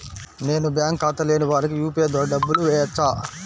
నేను బ్యాంక్ ఖాతా లేని వారికి యూ.పీ.ఐ ద్వారా డబ్బులు వేయచ్చా?